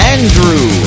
Andrew